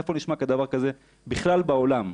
איפה נשמע כדבר הזה, בכלל בעולם?